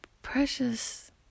Precious